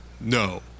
no